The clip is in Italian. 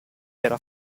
era